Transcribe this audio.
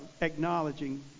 acknowledging